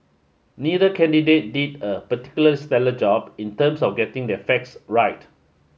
neither candidate did a particular stellar job in terms of getting their facts right